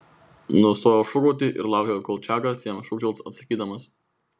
nustojo šūkauti ir laukė kol čakas jam šūktels atsakydamas